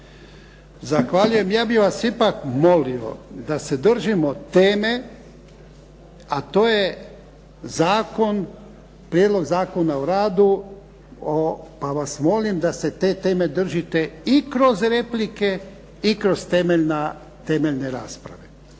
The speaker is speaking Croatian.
Zahvaljujem. Ja bih vas ipak molio da se držimo teme, a to je zakon, Prijedlog Zakona o radu, pa vas molim da se teme držite i kroz replike i kroz temeljne rasprave.